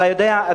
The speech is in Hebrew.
אתה יודע,